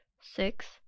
six